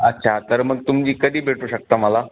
अच्छा तर मग तुम्ही कधी भेटू शकता मला